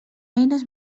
eines